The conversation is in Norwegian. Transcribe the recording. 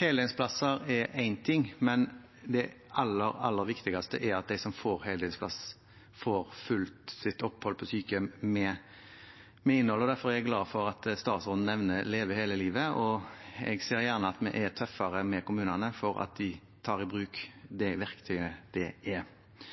Heldøgnsplasser er én ting, men det aller, aller viktigste er at de som får heldøgnsplass, får fylt sitt opphold på sykehjem med innhold. Derfor er jeg glad for at statsråden nevner Leve hele livet, og jeg ser gjerne at vi er tøffere med kommunene slik at de tar i bruk det verktøyet det er.